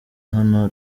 hano